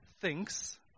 thinks